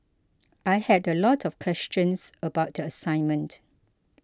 I had a lot of questions about the assignment